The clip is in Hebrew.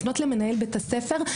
לפנות למנהל בית הספר,